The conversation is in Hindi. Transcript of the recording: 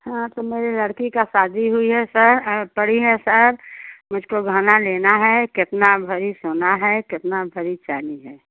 हाँ तो मेरे लड़की की शादी हुई है सर पड़ी है सर मुझको गहना लेना है कितना भारी सोना है कितना भारी चानी है